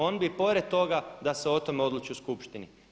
On bi pored toga da se o tome odluči u Skupštini.